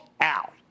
out